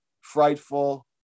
frightful